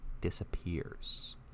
disappears